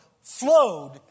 flowed